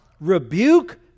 Rebuke